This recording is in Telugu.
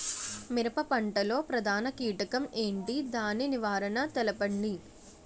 మిరప పంట లో ప్రధాన కీటకం ఏంటి? దాని నివారణ తెలపండి?